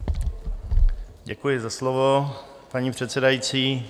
Děkuji za slovo, paní předsedající.